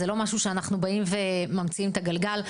זה לא שאנחנו באים וממציאים את הגלגל.